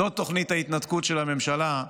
זאת תוכנית ההתנתקות של הממשלה.